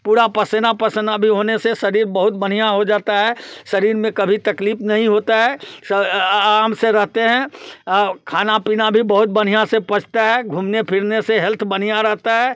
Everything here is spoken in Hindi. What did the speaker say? पूरा पसीना पसीना भी होने से शरीर बहुत बढ़िया हो जाता है शरीर में कभी तकलीफ़ नहीं होता है आराम से रहते हैं आव खाना पीना भी बहुत बढ़िया से पचता है घूमने फिरने से हेल्थ बढ़िया रहता है